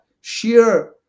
sheer